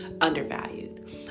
undervalued